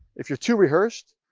if you're too rehearsed,